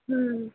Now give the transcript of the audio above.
हम्म